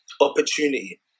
Opportunity